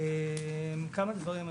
כמה דברים.